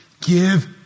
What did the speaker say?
give